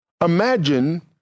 Imagine